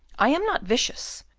i am not vicious,